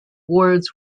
wards